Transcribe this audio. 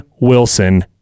Wilson